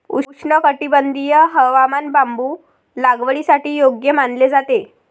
उष्णकटिबंधीय हवामान बांबू लागवडीसाठी योग्य मानले जाते